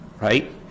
right